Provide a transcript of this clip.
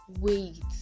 wait